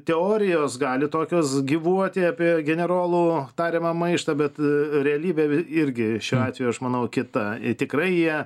teorijos gali tokios gyvuoti apie generolų tariamą maištą bet realybė irgi šiuo atveju aš manau kita ir tikrai jie